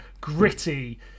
gritty